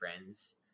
friends